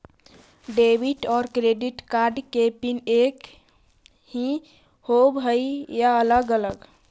Debit और credit card के pin एकही होव हइ या अलग अलग?